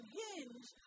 hinge